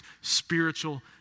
spiritual